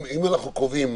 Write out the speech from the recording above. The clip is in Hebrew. אם אנחנו קובעים